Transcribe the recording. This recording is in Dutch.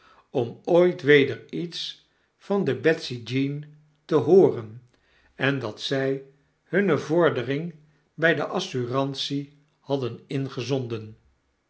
om ooit weder iets van de betsy jeane te hooren en dat zij hunne vordering bg de assurantie hadden ingezonden